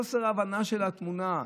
חוסר הבנה של התמונה,